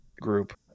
group